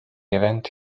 event